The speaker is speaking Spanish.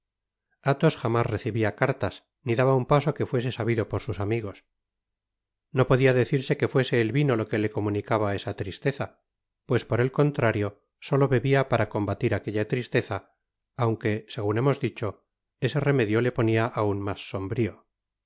athos jamás recibia cartas ni daba un paso que fuese sabido por sus amigos no podia decirse que fuese et vino lo que le comunicaba esa tristeza pues por el contrario solo bebia para combatir aquella tristeza aunque segun hemos dicho ese remedio le ponia aun mas sombrio